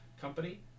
company